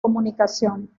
comunicación